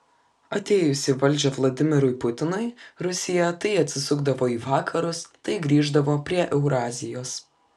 atėjus į valdžią vladimirui putinui rusija tai atsisukdavo į vakarus tai grįždavo prie eurazijos